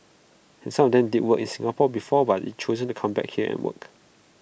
and some of them did work in Singapore before but they've chosen to come back here and work